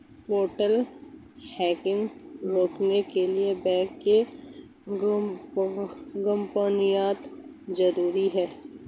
portal hacking रोकने के लिए बैंक की गोपनीयता जरूरी हैं